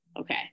Okay